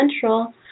Central